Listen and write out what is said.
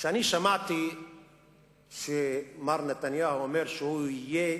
כשאני שמעתי שמר נתניהו אומר שהוא יהיה